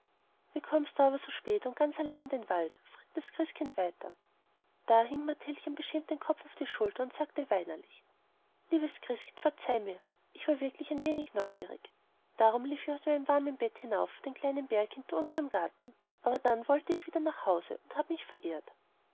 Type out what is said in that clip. wie kommst du aber so spät und ganz allein in den wald fragte das christkind weiter da hing mathildchen beschämt den kopf auf die schulter und sagte weinerlich liebes christkind verzeihe mir ich war wirklich ein wenig neugierig darum lief ich aus meinem warmen bett hinauf auf den kleinen berg hinter unserm garten aber dann wollte ich wieder nach hause und habe mich verirrt